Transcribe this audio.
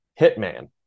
Hitman